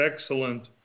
excellent